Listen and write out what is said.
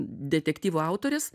detektyvų autorės